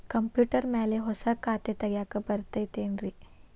Computer ಮ್ಯಾಲೆ ಹೊಸಾ ಖಾತೆ ತಗ್ಯಾಕ್ ಬರತೈತಿ ಏನ್ರಿ?